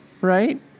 right